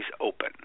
open